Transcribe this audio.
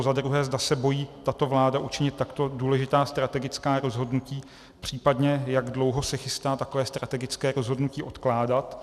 2. zda se bojí tato vláda učinit takhle důležitá strategická rozhodnutí, případně jak dlouho se chystá takové strategické rozhodnutí odkládat;